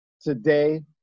today